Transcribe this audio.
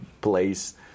place